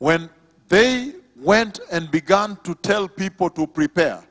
when they went and began to tell people to prepare